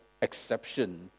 exception